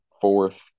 fourth